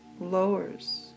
lowers